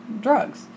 drugs